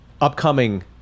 upcoming